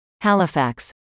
Halifax